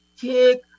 take